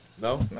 No